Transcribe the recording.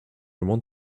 want